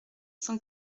cent